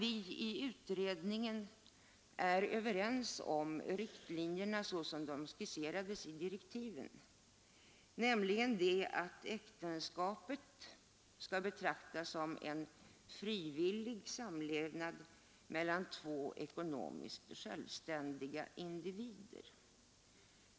I utredningen är vi överens om riktlinjerna så som de skisserades i direktiven, nämligen att äktenskapet skall betraktas som en frivillig samlevnad mellan två ekonomiskt självständiga individer.